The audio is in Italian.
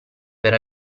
per